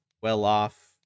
well-off